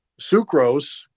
sucrose